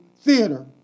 theater